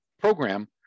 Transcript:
program